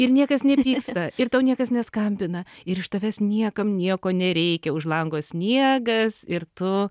ir niekas nepyksta ir tau niekas neskambina ir iš tavęs niekam nieko nereikia už lango sniegas ir tu